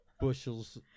bushels